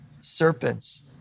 serpents